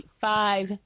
five